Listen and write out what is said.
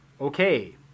Okay